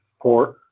port